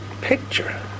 picture